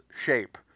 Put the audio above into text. shape